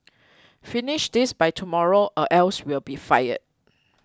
finish this by tomorrow or else will be fired